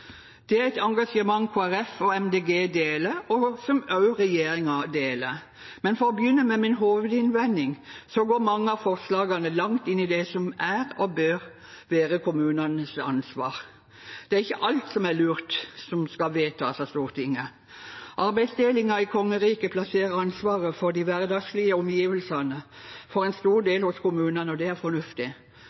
Det er et engasjement Kristelig Folkeparti og Miljøpartiet De Grønne deler, og som også regjeringen deler. For å begynne med min hovedinnvending: Mange av forslagene går langt inn i det som er, og bør være, kommunenes ansvar. Det er ikke alt som er lurt, som skal vedtas av Stortinget. Arbeidsdelingen i kongeriket plasserer ansvaret for de hverdagslige omgivelsene for en stor del hos kommunene, og det er fornuftig.